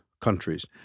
countries